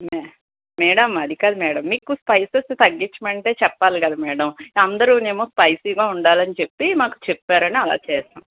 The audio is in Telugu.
మే మేడం అది కాదు మేడం మీకు స్పైసెస్ తగ్గించమంటే చెప్పాలి కదా మేడం అందరూ ఏమో స్పైసీగా ఉండాలి అని చెప్పి మాకు చెప్పారని అలా చేసాం